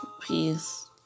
Peace